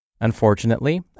Unfortunately